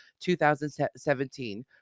2017